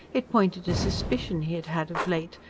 it pointed a suspicion he had had, of late,